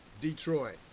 Detroit